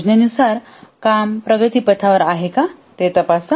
योजनेनुसार काम प्रगतीपथावर आहे का ते तपासा